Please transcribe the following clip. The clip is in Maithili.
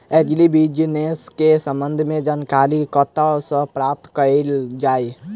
एग्री बिजनेस केँ संबंध मे जानकारी कतह सऽ प्राप्त कैल जाए?